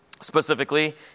specifically